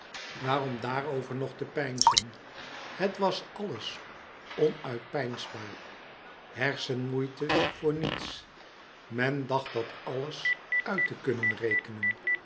waarom daarover nog te peinzen het was alles onuitpeinsbaar hersenmoeite voor niets men dacht dat alles uit te kunnen rekenen